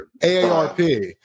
AARP